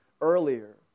earlier